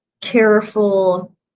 careful